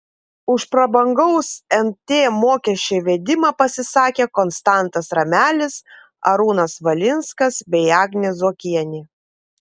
už prabangaus nt mokesčio įvedimą pasisakė konstantas ramelis arūnas valinskas bei agnė zuokienė